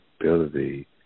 ability